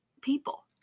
people